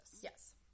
Yes